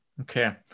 Okay